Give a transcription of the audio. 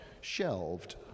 shelved